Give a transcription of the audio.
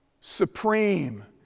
supreme